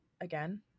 again